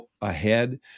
ahead